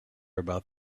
about